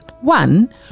One